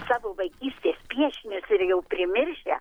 savo vaikystės piešinius ir jau primiršę